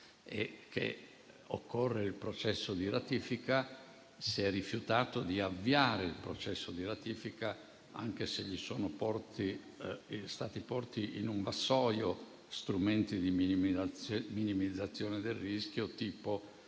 e che occorre il processo di ratifica, si è rifiutato di avviare tale processo anche se gli sono stati porti su un vassoio strumenti di minimizzazione del rischio (tipo,